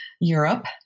Europe